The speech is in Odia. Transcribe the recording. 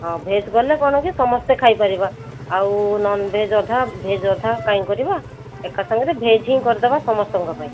ହଁ ଭେଜ୍ କଲେ କ'ଣ କି ସମସ୍ତେ ଖାଇ ପାରିବା ଆଉ ନନ୍ଭେଜ୍ ଅଧା ଭେଜ୍ ଅଧା କାଇଁ କରିବା ଏକା ସାଙ୍ଗରେ ଭେଜ୍ ହିଁ କରିଦବା ସମସ୍ତଙ୍କ ପାଇଁ